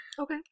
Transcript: Okay